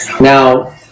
Now